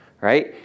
right